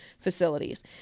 facilities